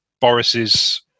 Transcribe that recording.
Boris's